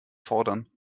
fordern